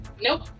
Nope